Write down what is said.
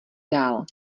dál